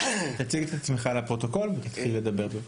עידן מאראש, בבקשה.